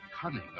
cunning